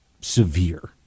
severe